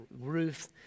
Ruth